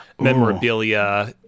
memorabilia